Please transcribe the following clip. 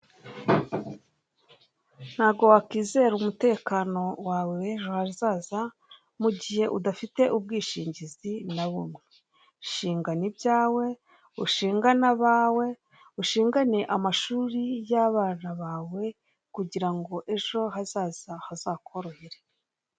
Ntago wakwizera umutekano wawe w'ejo hazaza mu gihe udafite ubwishingizi na bumwe shingana ibyawe, ushingane abawe, ushingane amashuri y'abana bawe kugira ngo ejo hazaza hazakorohere.